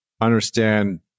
understand